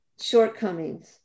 shortcomings